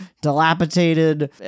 dilapidated